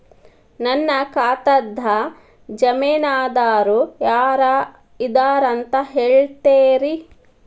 ನನ್ನ ಖಾತಾದ್ದ ಜಾಮೇನದಾರು ಯಾರ ಇದಾರಂತ್ ಹೇಳ್ತೇರಿ?